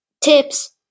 tips